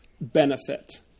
benefit